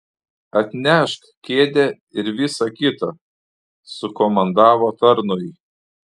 atnešk kėdę ir visa kita sukomandavo tarnui